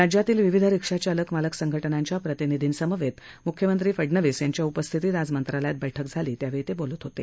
राज्यातील विविध रिक्षा चालक मालक संघटनांच्या प्रतिनिधींसमवेत मुख्यमंत्री फडणवीस यांच्या उपस्थितीत आज मंत्रालयात बैठक झाली त्यावेळी ते बोलत होते